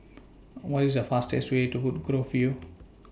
What IS The fastest Way to Woodgrove View